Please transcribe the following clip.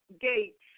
gates